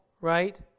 right